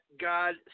God